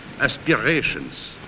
aspirations